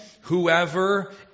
whoever